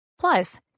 Plus